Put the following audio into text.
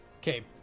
Okay